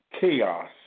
Chaos